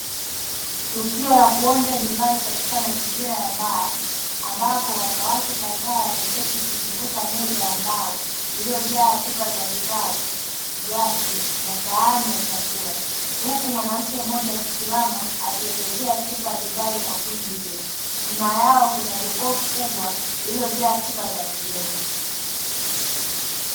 Tukio la kuonja divai katika mazingira ya baa, ambapo wanawake kadhaa wameketi kuzunguka meza ya mbao, iliyojaa chupa za divai, glasi, na sahani ya chakula; huku mwanamke mmoja akisimama akielezea chupa ya divai kwa kundi hilo. Nyuma yao kuna jokofu kubwa lililojaa chupa za vileo.